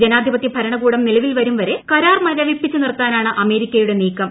ജനാധിപതൃ ഭരണകൂടം നിലവിൽ വരുംവരെ കരാർ മരവിപ്പിച്ച് നിർത്താനാണ് അമേരിക്കയുടെ നീക്കം